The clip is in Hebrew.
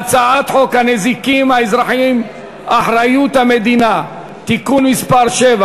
נעבור להצעת חוק הנזיקים האזרחיים (אחריות המדינה) (תיקון מס' 7)